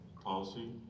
policy